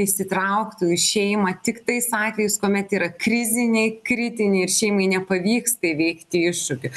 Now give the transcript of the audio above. įsitrauktų į šeimą tik tais atvejais kuomet yra kriziniai kritiniai ir šeimai nepavyksta įveikti iššūkių